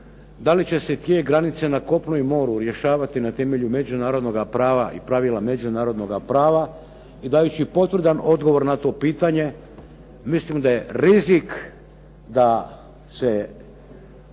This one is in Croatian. da li će se tijek granice na kopnu i moru rješavati na temelju međunarodnoga prava i pravila međunarodnoga prava i dajući potvrdan odgovor na to pitanje, mislim da je rizik da se